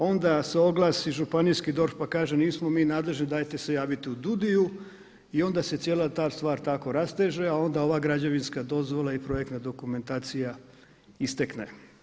Onda se oglasi županijski DORH pa kaže, nismo mi nadležni dajte se javite DUUDI-u i onda se cijela ta stvar tako rasteže, a onda ova građevinska dozvola i projektna dokumentacija istekne.